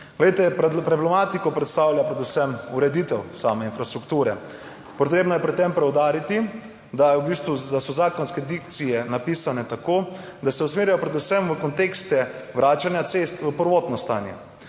Glejte problematiko predstavlja predvsem ureditev same infrastrukture. Potrebno je pri tem poudariti, da je v bistvu, da so zakonske dikcije napisane tako, da se usmerjajo predvsem v kontekste vračanja cest v prvotno stanje.